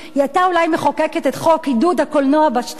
היא היתה אולי מחוקקת את חוק עידוד הקולנוע בשטחים,